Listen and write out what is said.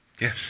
Yes